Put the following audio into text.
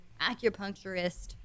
acupuncturist